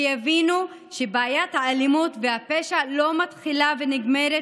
שיבינו שבעיית האלימות והפשע לא מתחילה ונגמרת